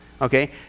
Okay